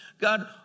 God